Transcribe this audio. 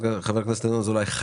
חבר הכנסת ינון אזולאי,